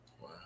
Wow